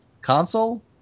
console